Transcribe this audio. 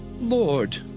Lord